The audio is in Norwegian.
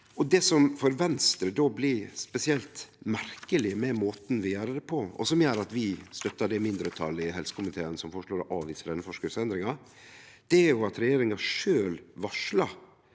Det som for Venstre då blir spesielt merkeleg med måten vi gjer det på, og som gjer at vi støttar det mindretalet i helsekomiteen som føreslår å avvise denne forskriftsendringa, er at regjeringa sjølv varslar